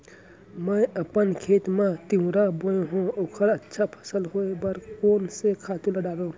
मैं अपन खेत मा तिंवरा बोये हव ओखर अच्छा फसल होये बर कोन से खातू ला डारव?